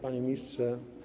Panie Ministrze!